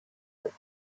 north